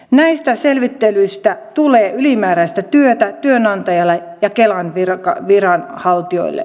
näistä selvittelyistä tulee ylimääräistä työtä työnantajalle ja kelan viranhaltijoille